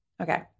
Okay